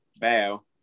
Bow